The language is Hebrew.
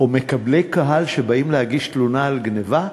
או מקבלי קהל שבאים להגיש אצלם תלונה על גנבה.